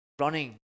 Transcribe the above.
running